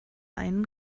einen